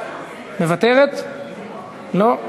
לא.